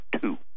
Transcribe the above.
two